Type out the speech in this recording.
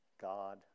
God